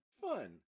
fun